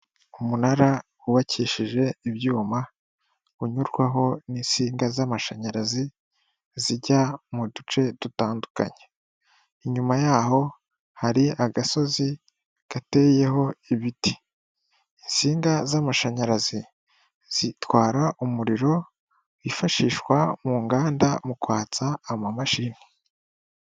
Umunara wubakishije ibyuma, unyurwaho n'insinga z'amashanyarazi, zijya mu duce dutandukanye. Inyuma yaho hari agasozi gateyeho ibiti. Insinga z'amashanyarazi zitwara umuriro wifashishwa mu nganda, mu kwatsa amamashini.